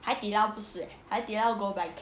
Hai Di Lao 不是 eh Hai Di Lai go by